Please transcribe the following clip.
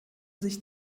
sich